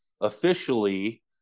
officially